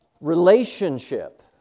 relationship